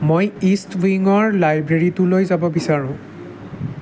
মই ইষ্ট উইঙৰ লাইব্ৰেৰীটোলৈ যাব বিচাৰোঁ